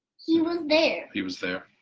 he was there. he was there,